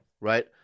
Right